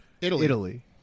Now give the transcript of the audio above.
Italy